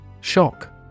Shock